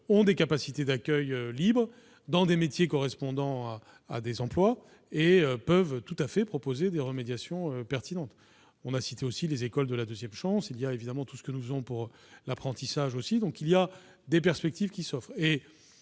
ont des capacités d'accueil libres pour former à des métiers en tension et peuvent tout à fait proposer des remédiations pertinentes. On a cité aussi les écoles de la deuxième chance. Il y a également tout ce que nous faisons pour l'apprentissage. En somme, bien des perspectives s'offrent